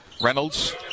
Reynolds